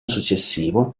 successivo